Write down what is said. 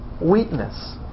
weakness